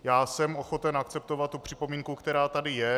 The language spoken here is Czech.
Já jsem ochoten akceptovat tu připomínku, která tady je.